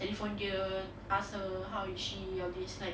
telephone dia ask her how is she all these like